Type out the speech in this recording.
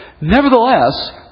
nevertheless